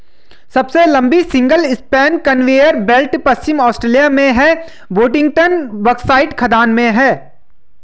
सबसे लंबी single span conveyor belt पश्चिमी ऑस्ट्रेलिया में बोडिंगटन बॉक्साइट खदान में है